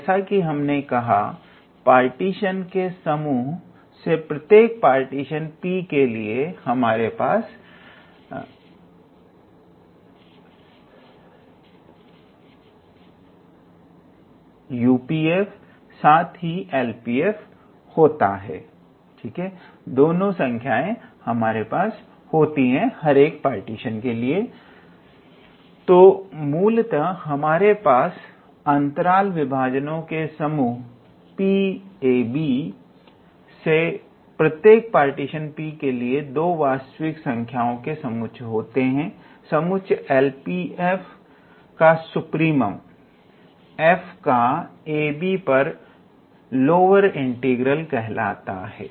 जैसा कि हमने कहा पार्टीशन के समूह से प्रत्येक पार्टीशन P के लिए हमारे पास एक UPf साथ ही एक LPf होता है तो मूलतः हमारे पास अंतराल विभाजनों के समूह ℘𝑎 𝑏 से प्रत्येक पार्टीशन P के लिए दो वास्तविक संख्याओं के समुच्चय होते हैं समुच्चय LPf का सुप्रीमम f का ab पर लोअर इंटीग्रल कहलाता है